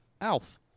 Alf